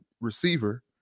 receiver